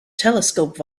telescope